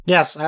Yes